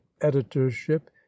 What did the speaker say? editorship